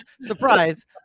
Surprise